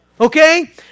Okay